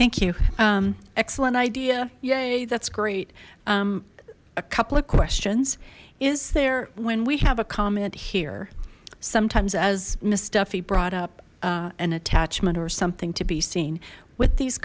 thank you excellent idea yeah that's great a couple of questions is there when we have a comment here sometimes as miss duffy brought up an attachment or something to be seen with these